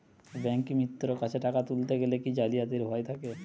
ব্যাঙ্কিমিত্র কাছে টাকা তুলতে গেলে কি জালিয়াতির ভয় থাকে?